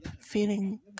feeling